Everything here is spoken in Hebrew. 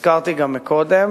הזכרתי גם קודם